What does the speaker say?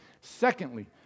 Secondly